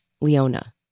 Leona